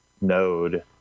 node